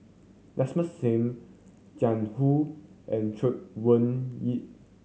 Desmond Sim Jiang Hu and Chay Weng Yew